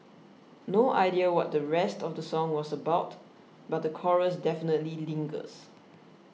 no idea what the rest of the song was about but the chorus definitely lingers